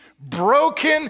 broken